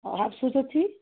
ଆଉ ଆସୁଛ ଏଠିକି